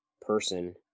person